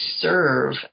serve